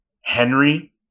Henry